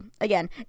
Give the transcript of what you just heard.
again